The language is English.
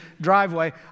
driveway